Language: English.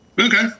Okay